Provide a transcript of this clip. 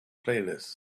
playlist